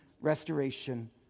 restoration